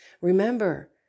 Remember